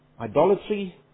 idolatry